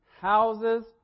houses